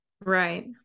Right